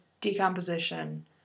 decomposition